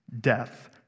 Death